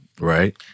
Right